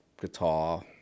guitar